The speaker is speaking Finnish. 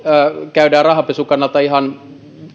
käydään rahanpesun kannalta ihan niin